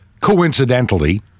coincidentally